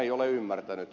näin olen ymmärtänyt